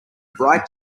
bright